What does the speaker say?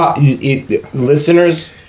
listeners